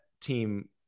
team